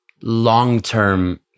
long-term